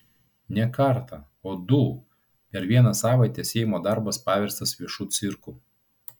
ne kartą o du per vieną savaitę seimo darbas paverstas viešu cirku